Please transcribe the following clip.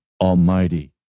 Almighty